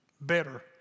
better